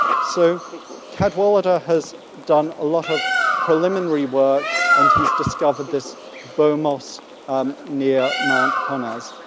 so cadwallader has done a lot of preliminary work, and he's discovered this bomos um near mount honaz.